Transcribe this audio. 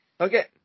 Okay